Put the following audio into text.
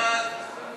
חוק